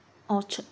oh church